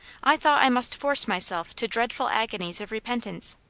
i thought i must force myself to dreadful agonies of repentance.